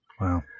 Wow